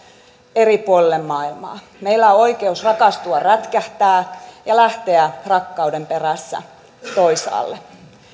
eri puolille maailmaa meillä on oikeus rakastua rätkähtää ja lähteä rakkauden perässä toisaalle